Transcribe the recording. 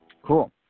Cool